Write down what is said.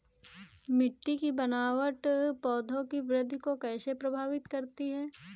मिट्टी की बनावट पौधों की वृद्धि को कैसे प्रभावित करती है?